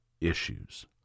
issues